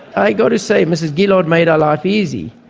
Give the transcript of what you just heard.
i've got to say ms gillard made our life easy,